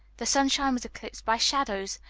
the sunshine was eclipsed by shadows,